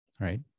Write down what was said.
right